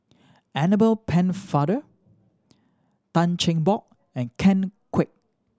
Annabel Pennefather Tan Cheng Bock and Ken Kwek